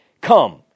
Come